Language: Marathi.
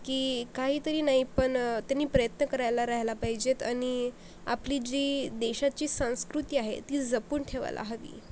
की काहीतरी नाही पण त्यांनी प्रयत्न करायला राहिलं पाहिजेत आणि आपली जी देशाची संस्कृती आहे ती जपून ठेवायला हवी